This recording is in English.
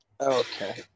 Okay